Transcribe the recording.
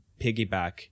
piggyback